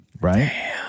Right